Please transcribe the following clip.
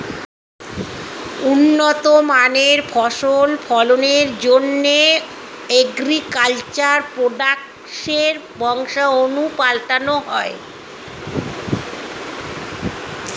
উন্নত মানের ফসল ফলনের জন্যে অ্যাগ্রিকালচার প্রোডাক্টসের বংশাণু পাল্টানো হয়